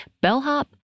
bellhop